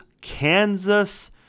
Kansas